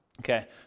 Okay